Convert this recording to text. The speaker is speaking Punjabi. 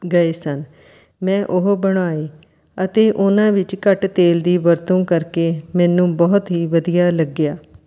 ਗਏ ਸਨ ਮੈਂ ਉਹ ਬਣਾਏ ਅਤੇ ਉਹਨਾਂ ਵਿੱਚ ਘੱਟ ਤੇਲ ਦੀ ਵਰਤੋਂ ਕਰਕੇ ਮੈਨੂੰ ਬਹੁਤ ਹੀ ਵਧੀਆ ਲੱਗਿਆ